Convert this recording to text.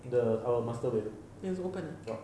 the our master bedroom ya